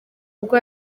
ubwo